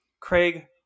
Craig